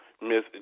Miss